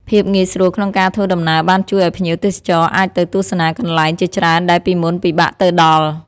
ភាពងាយស្រួលក្នុងការធ្វើដំណើរបានជួយឱ្យភ្ញៀវទេសចរអាចទៅទស្សនាកន្លែងជាច្រើនដែលពីមុនពិបាកទៅដល់។